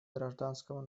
гражданского